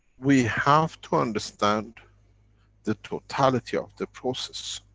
we have to understand the totality of the process.